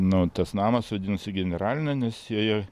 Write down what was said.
nu tas namas vadinasi generalinė nes joje